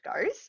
goes